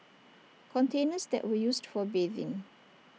containers that were used for bathing